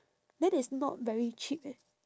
that is not very cheap eh